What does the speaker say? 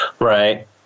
right